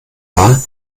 wahr